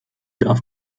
darf